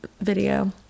video